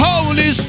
Holy